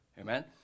Amen